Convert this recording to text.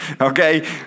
okay